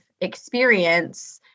experience